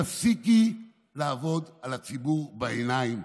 תפסיקי לעבוד על הציבור בעיניים.